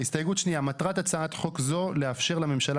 הסתייגות שנייה מטרת הצעת חוק זו לאפשר לממשלה